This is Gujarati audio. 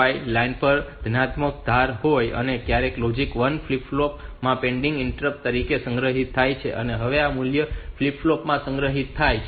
5 લાઇન પર ધનાત્મક ધાર દેખાય છે ત્યારે લોજિક 1 ફ્લિપ ફ્લોપ માં પેન્ડિંગ ઇન્ટરપ્ટ તરીકે સંગ્રહિત થાય છે અને હવે આ મૂલ્ય ફ્લિપ ફ્લોપમાં સંગ્રહિત થાય છે